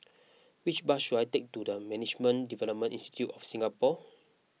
which bus should I take to the Management Development Institute of Singapore